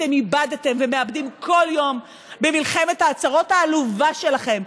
אתם איבדתם ומאבדים כל יום במלחמת ההצהרות העלובה שלכם,